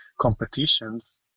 competitions